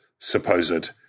supposed